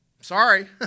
Sorry